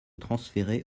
transférer